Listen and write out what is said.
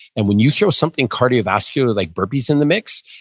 and when you throw something cardiovascular like burpees in the mix,